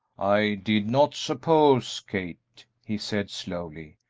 i did not suppose, kate, he said, slowly,